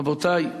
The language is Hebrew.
רבותי,